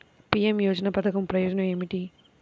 PM యోజన పధకం ప్రయోజనం ఏమితి?